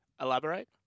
Elaborate